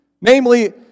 namely